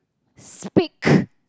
speak